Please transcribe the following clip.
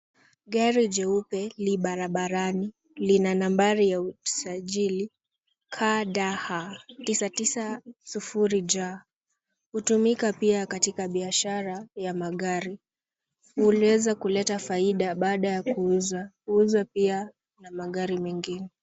Gari jeupe li barabarani lina nambari ya usajili KDH 990J. Hutumika pia katika biashara ya magari. Uliweza kuleta faida baada ya kuuza, huuzwa pia na magari mengine.